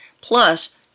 plus